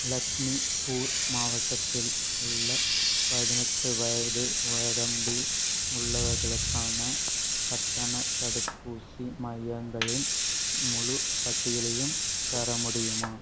லக்மிபூர் மாவட்டத்தில் உள்ள பதினெட்டு வயது வரம்பில் உள்ளவர்களுக்கான கட்டணத் தடுப்பூசி மையங்களின் முழுப் பட்டியலையும் தர முடியுமா